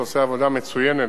שעושה עבודה מצוינת.